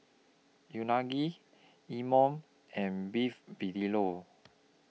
Unagi Imoni and Beef Vindaloo